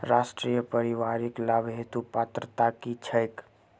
राष्ट्रीय परिवारिक लाभ हेतु पात्रता की छैक